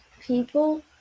People